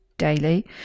daily